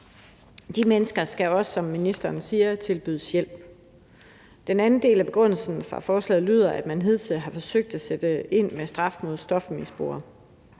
de mennesker skal også, som ministeren siger, tilbydes hjælp. Den anden begrundelse for forslaget er, at man hidtil har forsøgt at sætte ind med straf mod stofmisbrugere.